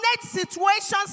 situations